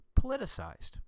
Politicized